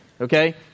Okay